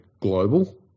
global